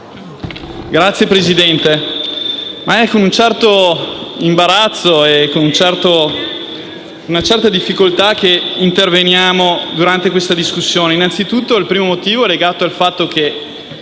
Signor Presidente, è con un certo imbarazzo e con una certa difficoltà che interveniamo durante questa discussione. Il primo motivo è legato al fatto che